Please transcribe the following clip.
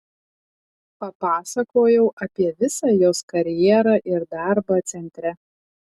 papasakojau apie visą jos karjerą ir darbą centre